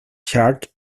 church